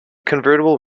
convertible